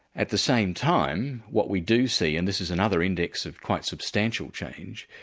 at the same time, what we do see and this is another index of quite substantial change,